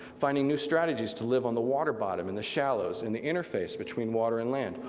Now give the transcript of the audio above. finding new strategies to live on the water bottom in the shallows, in the interface between water and land,